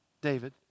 David